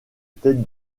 tête